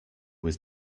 was